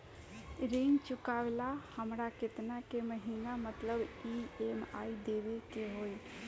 ऋण चुकावेला हमरा केतना के महीना मतलब ई.एम.आई देवे के होई?